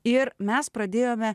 ir mes pradėjome